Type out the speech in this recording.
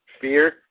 fear